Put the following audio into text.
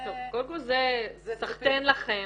זה -- זה סחטיין לכם.